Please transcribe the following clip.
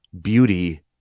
beauty